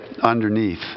underneath